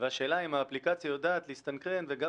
והשאלה אם האפליקציה יודעת להסתנכרן וגם